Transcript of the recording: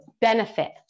benefit